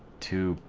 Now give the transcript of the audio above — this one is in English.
to